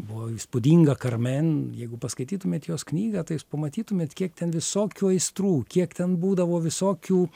buvo įspūdinga karmen jeigu paskaitytumėt jos knygą tai jūs pamatytumėt kiek ten visokių aistrų kiek ten būdavo visokių